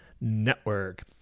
Network